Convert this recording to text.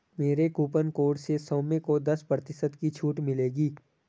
मेरे coupon code से सौम्य को दस प्रतिशत की छूट मिलेगी